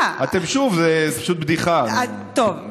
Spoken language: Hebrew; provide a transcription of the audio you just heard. סליחה, אבל, אתם שוב, זה פשוט בדיחה, נו.